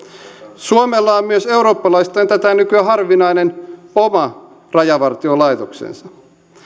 suomella on myös eurooppalaisittain tätä nykyä harvinainen oma rajavartiolaitoksensa